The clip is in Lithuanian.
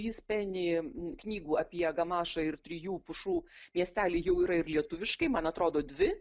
jis pelnė knygų apie gamašą ir trijų pušų miestelį jau yra ir lietuviškai man atrodo dvi